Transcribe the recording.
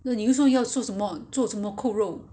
那你又说要做什么做什么扣肉